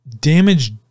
Damage